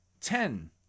ten